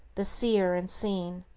the seer and seen.